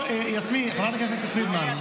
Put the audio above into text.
חברת הכנסת פרידמן.